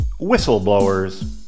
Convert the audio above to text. whistleblowers